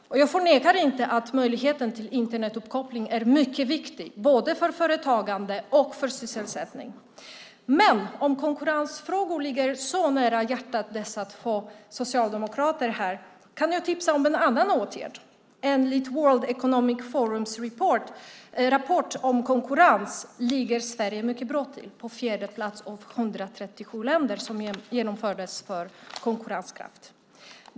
Jag förnekar inte att möjligheten till Internetuppkoppling är mycket viktig både för företagande och för sysselsättning. Men om konkurrensfrågor ligger er båda socialdemokrater så varmt om hjärtat kan jag tipsa om en annan åtgärd. Enligt en rapport om konkurrens från World Economic Forum ligger nämligen Sverige mycket bra till. Bland 137 länder ligger Sverige på fjärde plats när det gäller konkurrenskraft.